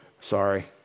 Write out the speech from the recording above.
Sorry